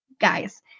Guys